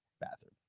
bathroom